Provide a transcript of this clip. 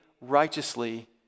righteously